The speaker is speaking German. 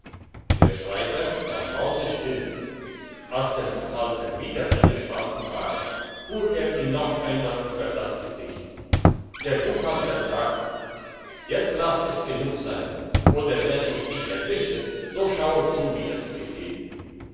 der schreiber war mausstille als der buchhalter wieder eingeschlafen war fuhr er ihm noch einmal über das gesicht der buchhalter sagte jetzt lass es genug sein oder wenn ich dich erwische so schaue zu wie es dir geht